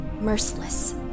merciless